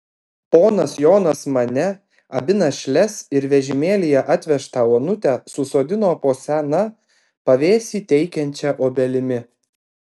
ponas jonas mane abi našles ir vežimėlyje atvežtą onutę susodino po sena pavėsį teikiančia obelimi